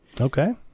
Okay